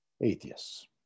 atheists